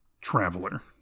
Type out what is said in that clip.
traveler